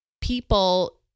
people